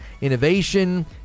innovation